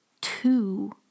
two